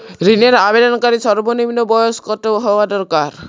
ঋণের আবেদনকারী সর্বনিন্ম বয়স কতো হওয়া দরকার?